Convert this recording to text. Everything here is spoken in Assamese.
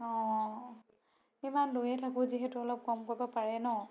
অঁ ইমান লৈয়ে থাকোঁ যিহেতু অলপ কম কৰিব পাৰে ন